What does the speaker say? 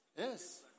Yes